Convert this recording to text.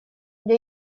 для